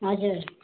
हजुर